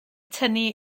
tynnu